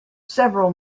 several